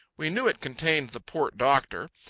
we knew it contained the port doctor.